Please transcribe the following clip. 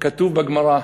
כתוב בגמרא: